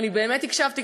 ואני באמת הקשבתי,